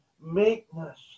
meekness